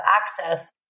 access